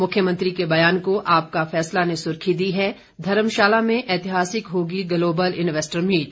मुख्यमंत्री के बयान को आपका फैसला ने सुर्खी दी है धर्मशाला में ऐतिहासिक होगी ग्लोबल इन्वेस्टर मीट